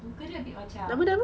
muka dia a bit macam